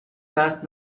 دست